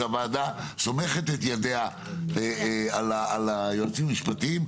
שהוועדה סומכת את ידיה על היועצים המשפטיים,